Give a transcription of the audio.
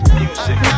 music